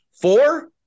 Four